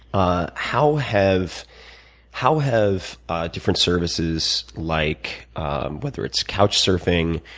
ah how have how have different services like whether it's couch surfing,